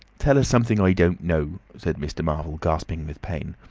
tell us something i don't know, said mr. marvel, gasping with pain.